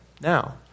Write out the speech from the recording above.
now